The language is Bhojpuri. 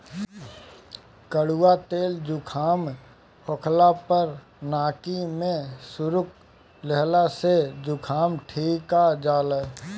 कड़ुआ तेल जुकाम होखला पअ नाकी में सुरुक लिहला से जुकाम ठिका जाला